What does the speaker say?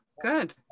good